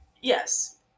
Yes